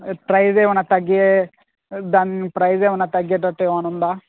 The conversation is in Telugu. ప్రైజ్ ఏమైనా తగ్గియే దాని ప్రైస్ ఏమైనా తగ్గేటట్లు ఏమైనా ఉందా